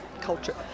culture